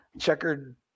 checkered